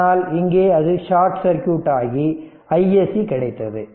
ஆனால் இங்கே அது ஷார்ட் சர்க்யூட் ஆகி iSC கிடைத்தது